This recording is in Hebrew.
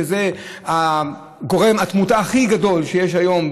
שזה גורם התמותה הכי גדול שיש היום,